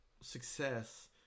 success